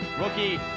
Rookie